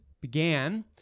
began